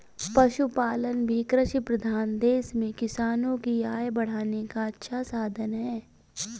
पशुपालन भी कृषिप्रधान देश में किसानों की आय बढ़ाने का अच्छा साधन है